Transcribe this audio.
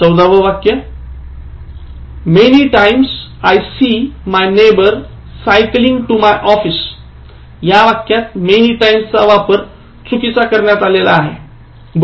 १४Many times I see my neighbour cycling to my office या वाक्यात many times चा वापर चुकीचा करण्यात आला आहे